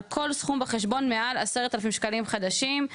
על כל סכום בחשבון מעל 10 אלף שקלים חדשים"".